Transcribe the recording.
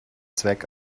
zweck